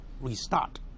restart